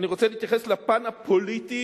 אני רוצה להתייחס לפן הפוליטי